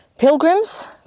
Pilgrims